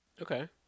Okay